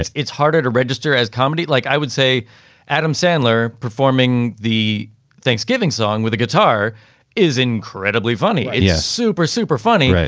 it's it's harder to register as comedy. like i would say adam sandler performing the thanksgiving song with a guitar is incredibly funny. yeah, super, super funny.